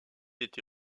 été